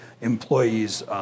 employees